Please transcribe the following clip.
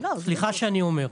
סליחה שאני אומר.